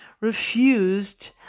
refused